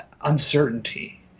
uncertainty